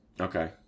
Okay